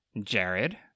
Jared